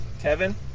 Kevin